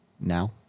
Now